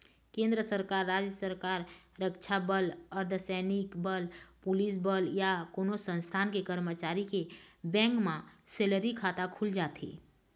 केंद्र सरकार, राज सरकार, रक्छा बल, अर्धसैनिक बल, पुलिस बल या कोनो संस्थान के करमचारी के बेंक म सेलरी खाता खुल जाथे